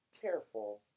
careful